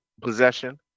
possession